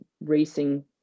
racing